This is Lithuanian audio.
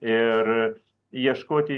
ir ieškoti